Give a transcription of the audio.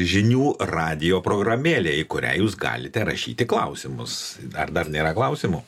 žinių radijo programėlė į kurią jūs galite rašyti klausimus ar dar nėra klausimų